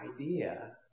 idea